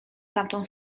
tamtą